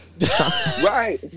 Right